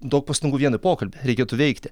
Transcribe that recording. daug pastangų vien į pokalbį reikėtų veikti